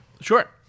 Sure